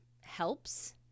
helps